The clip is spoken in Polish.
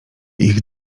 ich